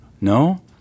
No